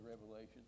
Revelation